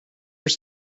its